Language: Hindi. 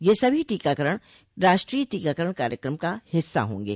ये सभी टीकाकरण राष्ट्रीय टीकाकरण कार्यक्रम का हिस्सा होंगे